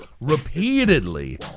repeatedly